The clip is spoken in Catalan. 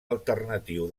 alternatiu